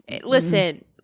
Listen